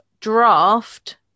draft